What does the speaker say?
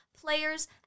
players